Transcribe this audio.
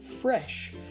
fresh